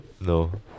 No